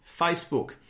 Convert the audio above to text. Facebook